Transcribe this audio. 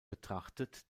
betrachtet